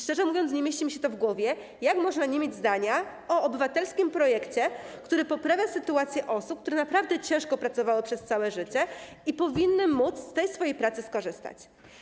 Szczerze mówiąc, nie mieści mi się w głowie, jak można nie mieć zdania o obywatelskim projekcie, który poprawia sytuację osób, które naprawdę ciężko pracowały przez całe życie i powinny móc z tej swojej pracy skorzystać.